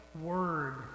word